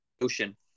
ocean